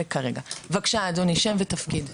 בבקשה אדוני, שם ותפקיד?